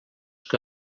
que